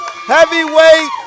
Heavyweight